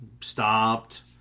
stopped